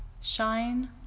shine